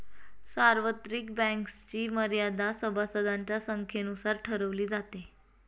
सार्वत्रिक बँक्सची मर्यादा सभासदांच्या संख्येनुसार ठरवली जाते